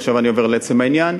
עכשיו אני עובר לעצם העניין,